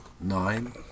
nine